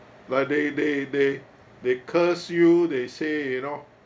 like they they they they curse you they say you know